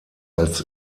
als